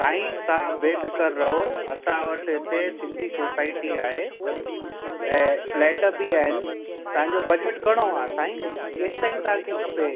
साईं तव्हां बेफ़िकर रहियो असां वटि हिते सिंधी सोसाएटी आहे ऐं फ़्लेट बि आहिनि तव्हांजो बजेट घणो आहे साईं केसि ताईं तव्हांखे खपे